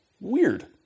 Weird